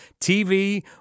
TV